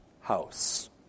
house